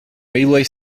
railway